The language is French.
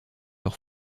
leur